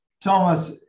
Thomas